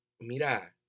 Mira